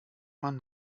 man